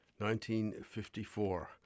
1954